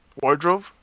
wardrobe